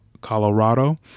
Colorado